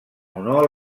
honor